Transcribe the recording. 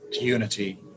unity